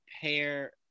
pair